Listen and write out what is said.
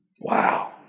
Wow